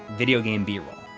video game b roll.